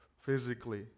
physically